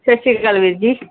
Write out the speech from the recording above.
ਸਤਿ ਸ਼੍ਰੀ ਅਕਾਲ ਵੀਰ ਜੀ